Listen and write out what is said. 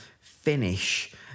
finish